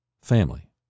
Family